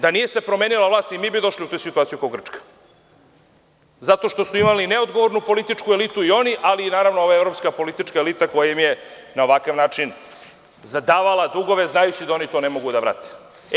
Da se nije promenila vlast, i mi bi došli u tu situaciju kao Grčka, zato što su imali neodgovornu političku elitu i oni, ali naravno, i ova evropska politička elita koja im je na ovakav način zadavala dugove, znajući da oni to ne mogu da vrate.